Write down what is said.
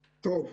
טוב.